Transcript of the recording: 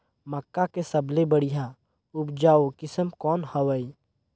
मक्का के सबले बढ़िया उपजाऊ किसम कौन हवय?